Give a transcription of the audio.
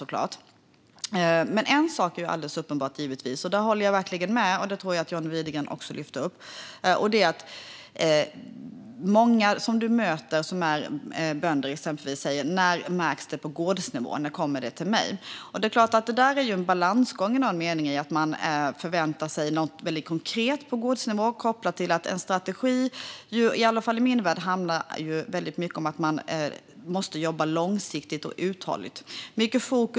Men en sak är alldeles uppenbar, och där håller jag verkligen med. Jag tror att John Widegren också lyfte upp detta. Många som du möter, exempelvis bönder, säger: När märks det på gårdsnivå? När kommer det till mig? Det är klart att det i någon mening är en balansgång. Det handlar om att man förväntar sig något väldigt konkret på gårdsnivå samtidigt som det är kopplat till att en strategi i alla fall i min värld handlar väldigt mycket om att man måste jobba långsiktigt och uthålligt.